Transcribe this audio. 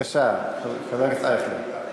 בבקשה, חבר הכנסת אייכלר.